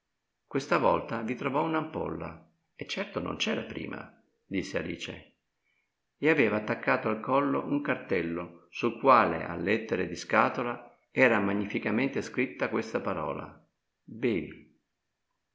questa volta vi trovò un'ampolla e certo non c'era prima disse alice e aveva attaccato al collo un cartello sul quale a lettere di scatola era magnificamente scritta questa parola bevi